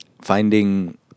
Finding